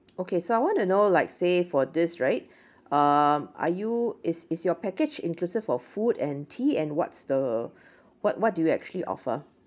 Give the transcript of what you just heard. okay so I want to know like say for this right uh are you is is your package inclusive for food and tea and what's the what what do you actually offer